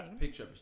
picture